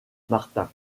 martin